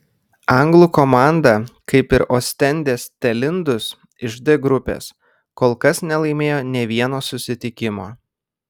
anglų komanda kaip ir ostendės telindus iš d grupės kol kas nelaimėjo nė vieno susitikimo